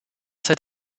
cet